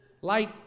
light